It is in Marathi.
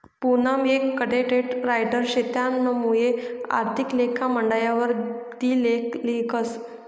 पूनम एक कंटेंट रायटर शे तेनामुये आर्थिक लेखा मंडयवर ती लेख लिखस